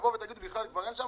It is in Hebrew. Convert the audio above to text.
יהיה צורך בתיקון שלל חוקים.